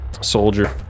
Soldier